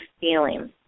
feeling